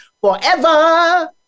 forever